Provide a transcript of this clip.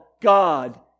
God